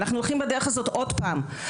אנחנו הולכים בדרך הזאת עוד פעם.